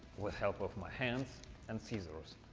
with help of my hands and scissors.